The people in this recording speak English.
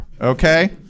okay